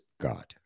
God